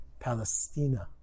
Palestina